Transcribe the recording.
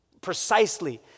precisely